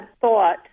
thought